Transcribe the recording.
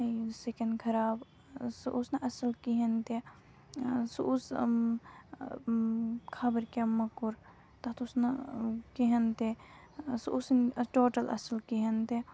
میٲنۍ سِکِن خراب سُہ اوس نہٕ اَصٕل کِہیٖنۍ تہِ سُہ اوس خبر کیٛاہ موٚکُر تَتھ اوس نہٕ کِہیٖنۍ تہِ سُہ اوسُے نہٕ ٹوٹَل اَصٕل کِہیٖنۍ تہِ